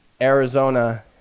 Arizona